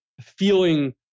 feeling